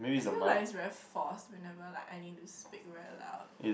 I feel like it's very forced whenever like I need to speak very loud